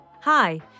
Hi